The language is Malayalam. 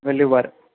വലിയ ഉപകാരം